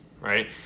right